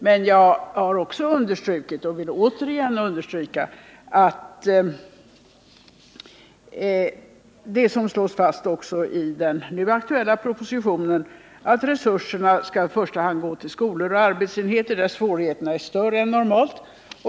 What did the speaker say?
Men jag har också understrukit och vill återigen understryka — vilket slås fast också i den nu aktuella propositionen — att resurserna bör gå till skolor och arbetsenheter där svårigheterna är större än normalt.